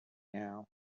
now